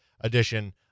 edition